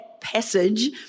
passage